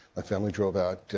family drove out.